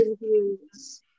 views